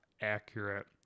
accurate